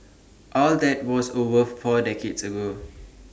all that was over four decades ago